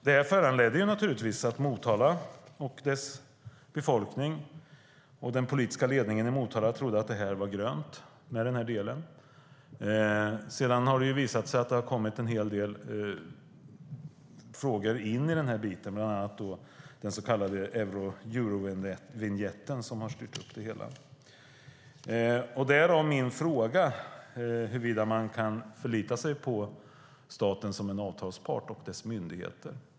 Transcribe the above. Detta föranledde Motala, dess befolkning och dess politiska ledning att tro att det var grönt med den här delen. Sedan har det visat sig att det har kommit en hel del frågor, bland annat den så kallade Eurovinjetten, som har styrt upp det hela - därav min fråga huruvida man kan förlita sig på staten och dess myndigheter som en avtalspart.